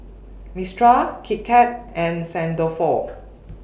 Mistral Kit Kat and Saint Dalfour